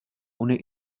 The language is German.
ohne